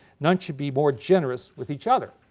none should be more generous with each other.